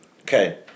Okay